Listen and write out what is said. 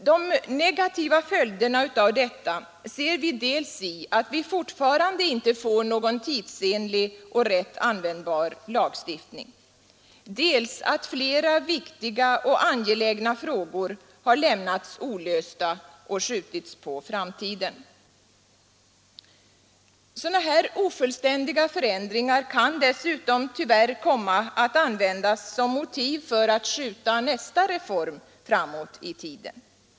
De negativa följderna av detta ser vi dels i att vi fortfarande inte får någon tidsenlig och rätt användbar lagstiftning, dels i att flera viktiga och angelägna frågor har lämnats olösta och skjutits på framtiden. Sådana här ofullständiga förändringar kan dessutom tyvärr komma att användas som motiv för att skjuta nästa reform framåt i tiden.